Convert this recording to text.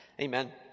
Amen